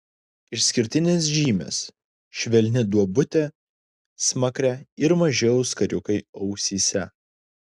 išskirtinės žymės švelni duobutė smakre ir maži auskariukai ausyse